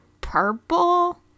Purple